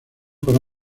para